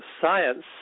science